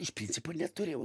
iš principo neturėjau